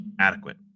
adequate